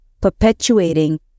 perpetuating